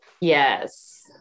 Yes